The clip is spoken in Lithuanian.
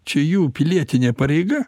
čia jų pilietinė pareiga